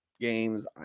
games